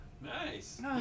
Nice